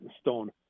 stone